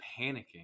panicking